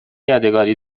یادگاری